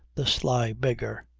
the sly beggar.